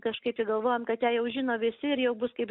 kažkaip tai galvojom kad ją jau žino visi ir jau bus kaip